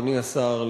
אדוני השר,